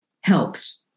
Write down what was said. helps